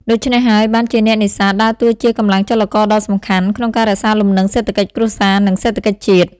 ដូច្នេះហើយ បានជាអ្នកនេសាទដើរតួជាកម្លាំងចលករដ៏សំខាន់ក្នុងការរក្សាលំនឹងសេដ្ឋកិច្ចគ្រួសារ និងសេដ្ឋកិច្ចជាតិ។